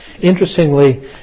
Interestingly